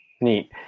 Neat